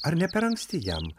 ar ne per anksti jam